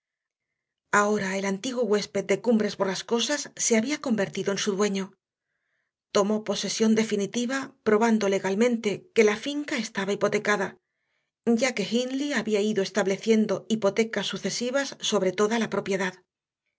ahora el antiguo huésped de cumbres borrascosas se había convertido en su dueño tomó posesión definitiva probando legalmente que la finca estaba hipotecada ya que hindley había ido estableciendo hipotecas sucesivas sobre toda la propiedad